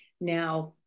now